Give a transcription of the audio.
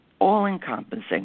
all-encompassing